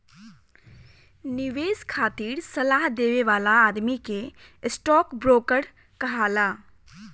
निवेश खातिर सलाह देवे वाला आदमी के स्टॉक ब्रोकर कहाला